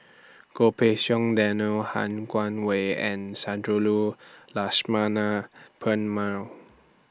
Goh Pei Siong Daniel Han Guangwei and Sundarajulu Lakshmana Perumal